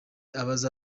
abaza